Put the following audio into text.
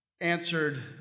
answered